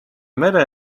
mere